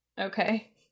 Okay